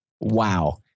Wow